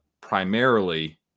primarily